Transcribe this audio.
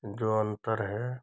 जो अंतर है